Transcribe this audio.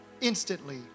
Instantly